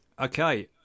Okay